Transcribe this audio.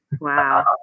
Wow